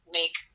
make